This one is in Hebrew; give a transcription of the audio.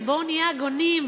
ובואו נהיה הגונים,